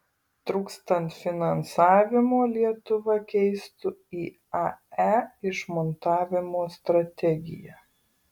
trūkstant finansavimo lietuva keistų iae išmontavimo strategiją